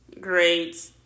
great